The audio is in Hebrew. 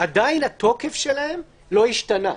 עדיין תוקפם לא השתנה.